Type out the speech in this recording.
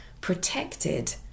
protected